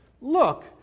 look